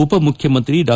ಉಪಮುಖ್ಯಮಂತ್ರಿ ಡಾ